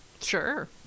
Sure